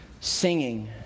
singing